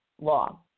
law